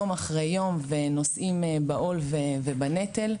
יום אחרי יום ונושאים בעול ובנטל,